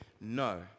no